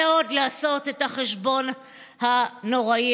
ושנתנו להם תקציבים לא כדי לשרת את הציבור אלא לשרת את